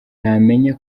namenya